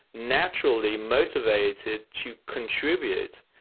naturally motivated to contribute,